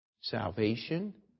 Salvation